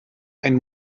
ein